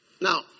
Now